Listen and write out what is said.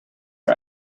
are